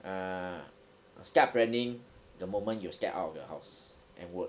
ah start planning the moment you step out of your house and work